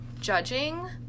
judging